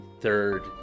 third